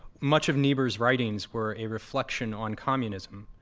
much of niebuhr's writings were a reflection on communism.